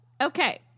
okay